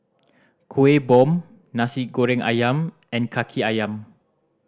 Kueh Bom Nasi Goreng Ayam and Kaki Ayam